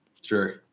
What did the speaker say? Sure